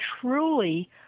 truly